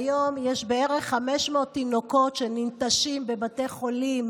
כיום יש בערך 500 תינוקות שננטשים בבתי חולים,